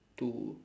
two